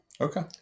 Okay